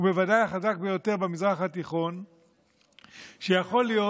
ובוודאי החזק ביותר במזרח התיכון שיכול להיות,